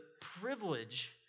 privilege